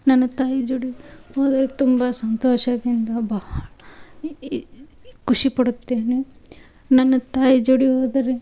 ನನ್ನ ತಾಯಿ ಜೋಡಿ ಹೋದರೆ ತುಂಬ ಸಂತೋಷದಿಂದ ಬಹ ಖುಷಿಪಡುತ್ತೇನೆ ನನ್ನ ತಾಯಿ ಜೋಡಿ ಹೋದರೆ